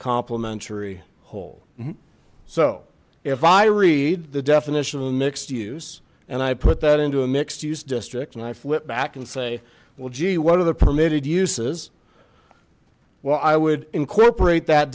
complementary whole so if i read the definition of mixed use and i put that into a mixed use district and i flip back and say well gee what are the permitted uses well i would incorporate that